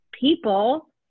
people